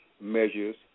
measures